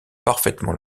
parfaitement